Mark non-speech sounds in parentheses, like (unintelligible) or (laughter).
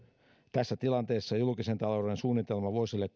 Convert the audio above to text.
tässä tilanteessa julkisen talouden suunnitelma vuosille (unintelligible)